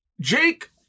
Jake